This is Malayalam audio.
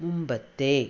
മുമ്പത്തെ